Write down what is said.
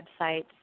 websites